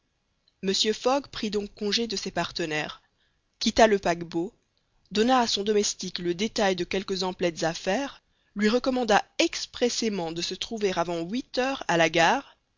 mr fogg prit donc congé de ses partenaires quitta le paquebot donna à son domestique le détail de quelques emplettes à faire lui recommanda expressément de se trouver avant huit heures à la gare